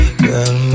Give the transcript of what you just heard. girl